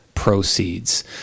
proceeds